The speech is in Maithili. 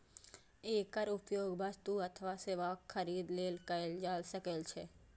एकर उपयोग वस्तु अथवा सेवाक खरीद लेल कैल जा सकै छै